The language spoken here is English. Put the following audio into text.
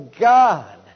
God